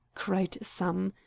cried some.